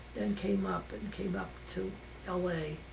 and came up and came up to l a.